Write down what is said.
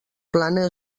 plana